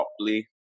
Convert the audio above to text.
properly